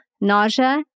nausea